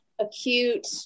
acute